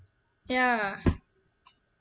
ya